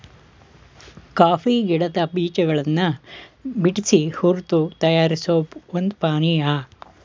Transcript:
coffee ಗಿಡದ್ ಬೀಜಗಳನ್ ಬಿಡ್ಸಿ ಹುರ್ದು ತಯಾರಿಸೋ ಒಂದ್ ಪಾನಿಯಾ